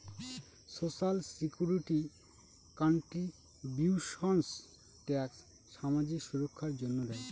social security contributions tax সামাজিক সুররক্ষার জন্য দেয়